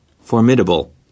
Formidable